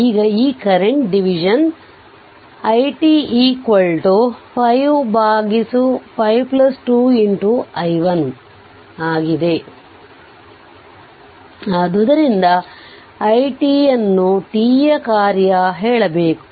ಈಗ ಈ current division it5 5 2 i1 ಆದ್ದರಿಂದ i t ನ್ನು t ಕಾರ್ಯ ದಲ್ಲಿ ಹೇಳಬೇಕು